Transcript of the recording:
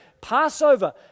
Passover